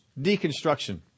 deconstruction